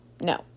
No